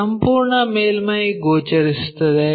ಈ ಸಂಪೂರ್ಣ ಮೇಲ್ಮೈ ಗೋಚರಿಸುತ್ತದೆ